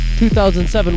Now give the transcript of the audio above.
2007